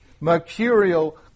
mercurial